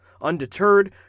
Undeterred